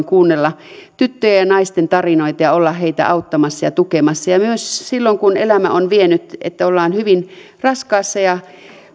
kuunnella tyttöjen ja naisten tarinoita ja olla heitä auttamassa ja tukemassa myös silloin kun elämä on vienyt niin että ollaan hyvin raskaassa ja